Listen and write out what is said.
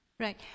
Right